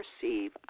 perceive